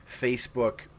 Facebook